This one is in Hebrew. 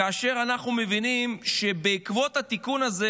כאשר אנחנו מבינים שבעקבות התיקון הזה